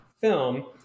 film